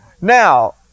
Now